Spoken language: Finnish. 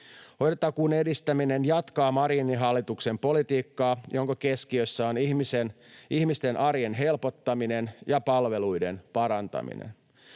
Hoitotakuun edistäminen jatkaa Marinin hallituksen politiikkaa, jonka keskiössä on ihmisten arjen helpottaminen ja palveluiden parantaminen.